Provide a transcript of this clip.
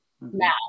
now